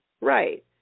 Right